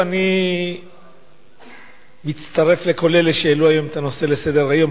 אני מצטרף לכל אלה שהעלו היום את הנושא לסדר-היום,